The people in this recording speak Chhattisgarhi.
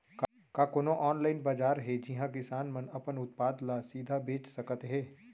का कोनो अनलाइन बाजार हे जिहा किसान मन अपन उत्पाद ला सीधा बेच सकत हे?